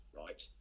right